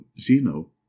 Zeno